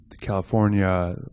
California